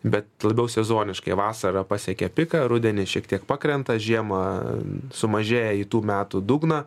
bet labiau sezoniškai vasarą pasiekė piką rudenį šiek tiek pakrenta žiemą sumažėja į tų metų dugną